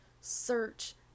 search